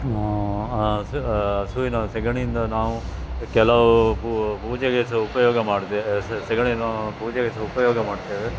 ಆ ಹಸು ಆ ಹಸುವಿನ ಸಗಣಿಯಿಂದ ನಾವು ಕೆಲವು ಪೂಜೆಗೆ ಸಹ ಉಪಯೋಗ ಮಾಡ್ತೇವೆ ಸಗಣಿಯನ್ನು ಪೂಜೆಗೆ ಸಹ ಉಪಯೋಗ ಮಾಡ್ತೇವೆ